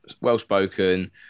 well-spoken